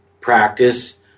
practice